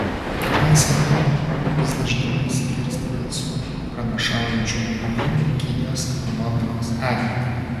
nepaisant to vis dažniau pasigirsta balsų pranašaujančių niūrią kinijos ekonomikos ateitį